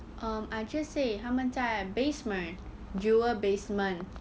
um I just say 他们在 basement jewel basement